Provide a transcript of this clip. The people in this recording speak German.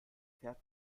fährt